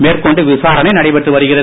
மேற்கொண்டு விசாரணை நடைபெற்று வருகிறது